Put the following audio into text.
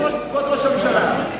כבוד ראש הממשלה,